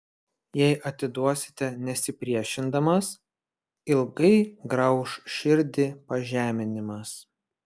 jei atiduosite nesipriešindamas ilgai grauš širdį pažeminimas